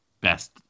best